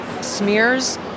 smears